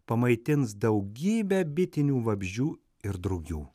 pamaitins daugybę bitinių vabzdžių ir drugių